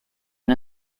and